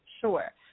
Sure